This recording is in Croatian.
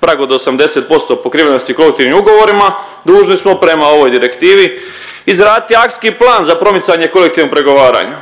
prag od 80% pokrivenosti kolektivnim ugovorima, dužni smo prema ovoj direktivi izraditi akcijski plan za promicanje kolektivnog pregovaranja